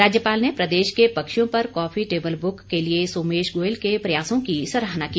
राज्यपाल ने प्रदेश के पक्षियों पर कॉफी टेबल ब्रक के लिए सोमेश गोयल के प्रयासों की सराहना की